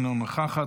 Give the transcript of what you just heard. אינה נוכחת,